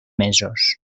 mesos